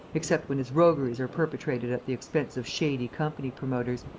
except when his rogueries are perpetrated at the expense of shady company-promoters,